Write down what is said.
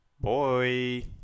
Boy